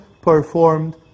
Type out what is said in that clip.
performed